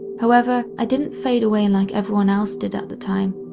however, i didn't fade away like everyone else did at the time.